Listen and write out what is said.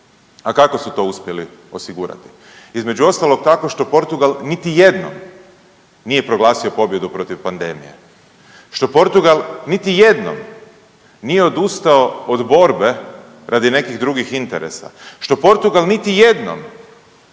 A kako su to uspjeli osigurati? Između ostalog tako što Portugal nije proglasio pobjedu protiv pandemije, što Portugal niti jednom nije odustao od borbe radi nekih drugih interesa, što Portugal niti jednom